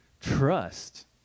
trust